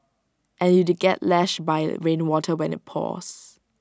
and you'd get lashed by rainwater when IT pours